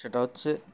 সেটা হচ্ছে